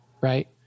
Right